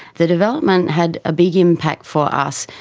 the development had a big impact for us.